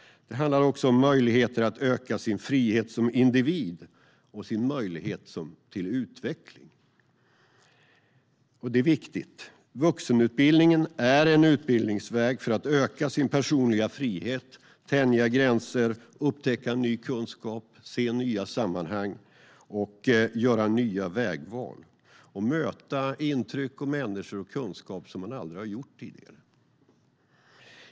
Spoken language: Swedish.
Det handlar också om möjligheter att öka sin frihet som individ och sin möjlighet till utveckling, och det är viktigt. Vuxenutbildningen är en utbildningsväg för att öka sin personliga frihet, tänja gränser, upptäcka ny kunskap, se nya sammanhang, göra nya vägval och möta intryck, människor och kunskap som man aldrig mött tidigare.